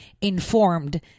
informed